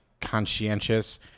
conscientious